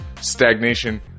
Stagnation